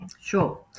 Sure